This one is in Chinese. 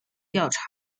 调查